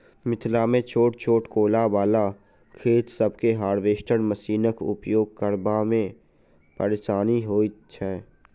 मिथिलामे छोट छोट कोला बला खेत सभ मे हार्वेस्टर मशीनक उपयोग करबा मे परेशानी होइत छै